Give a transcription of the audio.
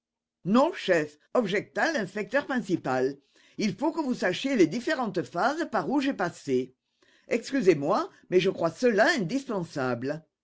non chef objecta l'inspecteur principal il faut que vous sachiez les différentes phases par où j'ai passé excusez-moi mais je crois cela indispensable